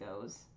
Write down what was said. goes